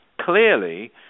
clearly